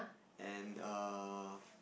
and err